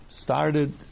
Started